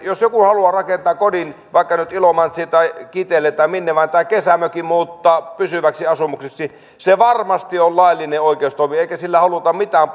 jos joku haluaa rakentaa kodin vaikka nyt ilomantsiin tai kiteelle tai minne vaan tai kesämökin muuttaa pysyväksi asumukseksi se varmasti on laillinen oikeustoimi eikä sillä haluta mitään